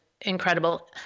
incredible